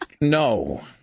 No